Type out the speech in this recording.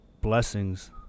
blessings